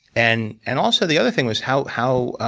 and and also the other thing was how how